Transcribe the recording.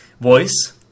voice